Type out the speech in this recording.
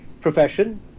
profession